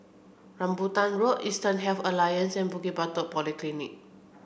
Rambutan Road Eastern Health Alliance and Bukit Batok Polyclinic